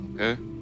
Okay